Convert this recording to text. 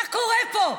מה קורה פה?